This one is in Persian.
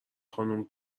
خانوم